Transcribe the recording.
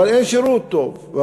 אבל אין שירות טוב.